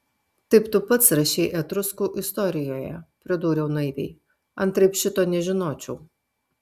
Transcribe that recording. taip tu pats rašei etruskų istorijoje pridūriau naiviai antraip šito nežinočiau